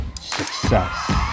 success